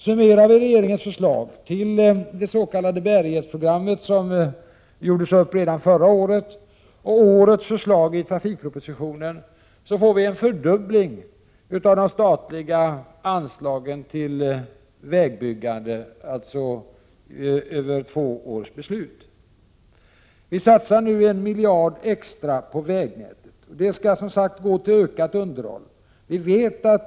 Om vi lägger ihop regeringens förslag till det s.k. bärighetsprogrammet, som gjordes upp redan förra året, och årets förslag i trafikpropositionen får vi en fördubbling av de statliga anslagen till vägbyggande över en tvåårsperiod. Vi satsar nu en miljard extra på vägnätet. Pengarna skall gå till ökat underhåll.